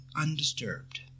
undisturbed